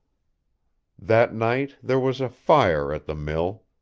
that night there was a fire at the mill.